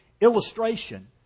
illustration